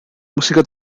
música